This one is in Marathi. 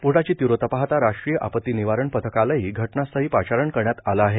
स्फोटाची तीव्रता पाहता राष्ट्रीय आपत्ती निवारण पथकालाही घटनास्थळी पाचारण करण्यात आलं आहे